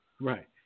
Right